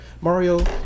Mario